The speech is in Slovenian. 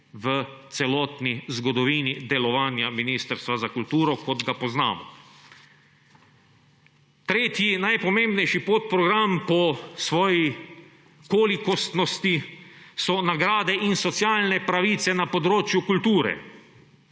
v celotni zgodovini delovanja Ministrstva za kulturo, kot ga poznamo. Tretji najpomembnejši podprogram po svoji kolikostnosti so Nagrade in socialne pravice na področju kulture.